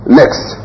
next